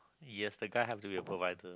you have the guy have to be a provider